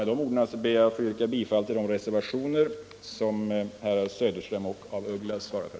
Med de orden ber jag att få yrka bifall till de reservationer som herrar Söderström och af Ugglas svarar för.